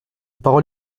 parole